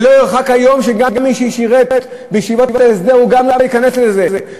ולא ירחק היום שגם מי ששירת בישיבות ההסדר לא ייכנס לזה.